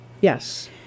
Yes